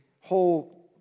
whole